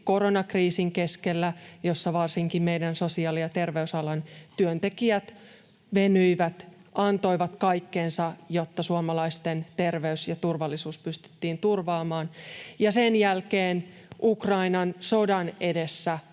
koronakriisin keskellä, jossa varsinkin meidän sosiaali- ja terveysalan työntekijämme venyivät, antoivat kaikkensa, jotta suomalaisten terveys ja turvallisuus pystyttiin turvaamaan. Ja sen jälkeen Ukrainan sodan edessä